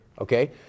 Okay